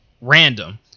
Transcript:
random